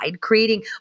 creating